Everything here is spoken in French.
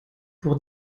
pour